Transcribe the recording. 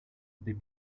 they